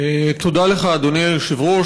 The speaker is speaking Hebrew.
תודה לך, אדוני היושב-ראש.